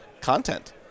content